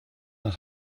nach